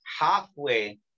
halfway